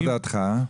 ומה דעתך?